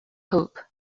hope